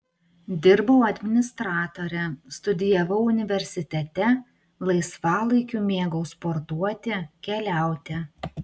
dirbau administratore studijavau universitete laisvalaikiu mėgau sportuoti keliauti